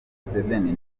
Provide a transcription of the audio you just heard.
museveni